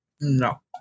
No